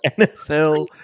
NFL